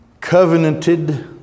covenanted